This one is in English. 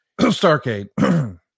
Starcade